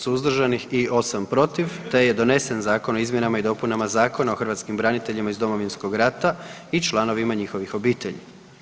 suzdržanih i 8 protiv, te je donesen Zakon o izmjenama i dopunama Zakona o hrvatskim braniteljima iz Domovinskog rata i članovima njihovih obitelji.